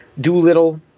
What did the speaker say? Doolittle